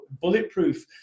bulletproof